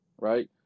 right